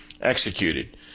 executed